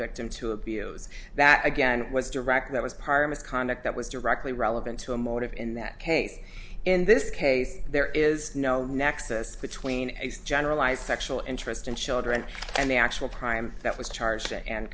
victim to abuse that again was direct that was part misconduct that was directly relevant to a motive in that case in this case there is no nexus between a generalized sexual interest in children and the actual prime that was charged and